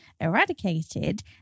eradicated